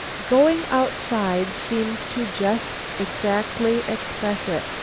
going outside seems to just exactly express it.